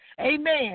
Amen